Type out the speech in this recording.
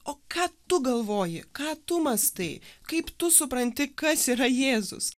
o ką tu galvoji ką tu mąstai kaip tu supranti kas yra jėzus